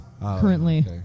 Currently